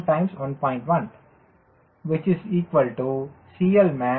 1 CLmax2